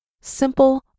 Simple